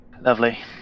Lovely